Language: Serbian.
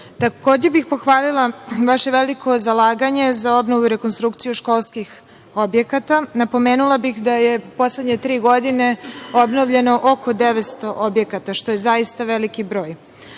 bih pohvalila vaše veliko zalaganje za obnovu i rekonstrukciju školskih objekata. Napomenula bih da je u poslednje tri godine obnovljeno oko 900 objekata, što je zaista veliki